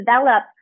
develop